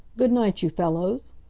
good night, you fellows!